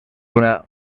una